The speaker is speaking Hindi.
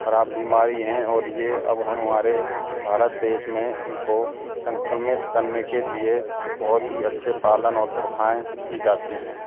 खराब बीमारी हैं और ये अब हमारे भारत देश में इनको संक्रमित करने के लिए बहुत ही अच्छे पालन और प्रथाएं की जाती हैं